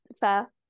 Fair